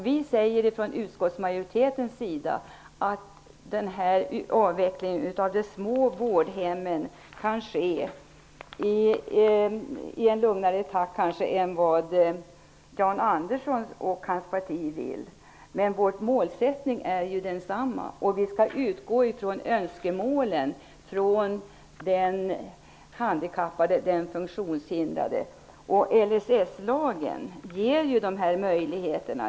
Vi säger från utskottsmajoritetens sida att avvecklingen av de små vårdhemmen kan ske i en lugnare takt än vad Jan Andersson och hans parti kanske vill. Men vår målsättning är ju densamma. Vi skall utgå från den handikappades eller den funktionshindrades önskemål. LSS-lagen ger ju de möjligheterna.